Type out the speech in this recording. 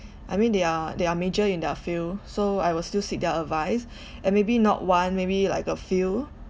I mean they are they are major in their field so I will still seek their advice and maybe not one maybe like a few